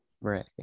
Right